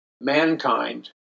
mankind